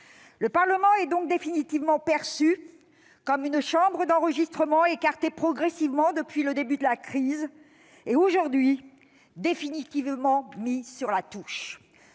Le Parlement est donc définitivement perçu comme une chambre d'enregistrement, écartée progressivement depuis le début de la crise, et aujourd'hui, définitivement mise sur la touche.